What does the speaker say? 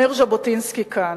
אומר ז'בוטינסקי כך,